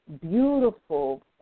beautiful